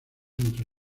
entre